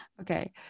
okay